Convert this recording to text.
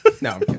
No